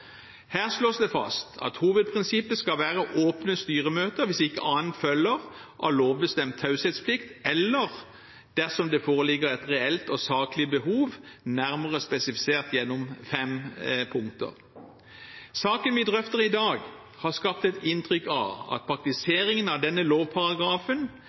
Her slås det fast at hovedprinsippet skal være åpne styremøter hvis ikke annet følger av lovbestemt taushetsplikt eller dersom det foreligger et reelt og saklig behov, nærmere spesifisert gjennom fem punkter. Saken vi drøfter i dag, har skapt et inntrykk av at praktiseringen av denne lovparagrafen